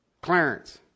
Clarence